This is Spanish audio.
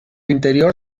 interior